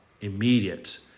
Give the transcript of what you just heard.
Immediate